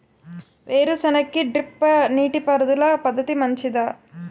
వేరుసెనగ కి డ్రిప్ నీటిపారుదల పద్ధతి మంచిదా?